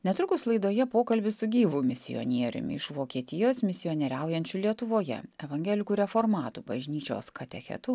netrukus laidoje pokalbis su gyvu misionieriumi iš vokietijos misionieriaujančiu lietuvoje evangelikų reformatų bažnyčios katechetu